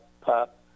pop